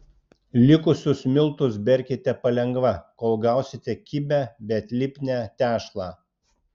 likusius miltus berkite palengva kol gausite kibią bet lipnią tešlą